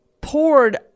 poured